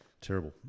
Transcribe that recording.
terrible